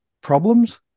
Problems